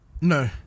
No